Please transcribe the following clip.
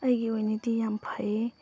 ꯑꯩꯒꯤ ꯑꯣꯏꯅꯗꯤ ꯌꯥꯝ ꯐꯩꯌꯦ